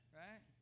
right